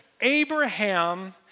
Abraham